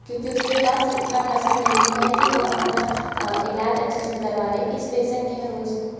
क्योंकि उसके पास उतना पैसा नहीं होता है कि वह अपना इलाज़ अच्छे से करवा ले इस पेसन के है अनुसार